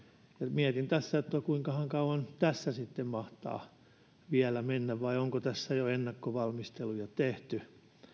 mietin tässä kuinkahan kauan tässä sitten mahtaa vielä mennä vai onko tässä jo ennakkovalmisteluja tehty